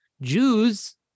Jews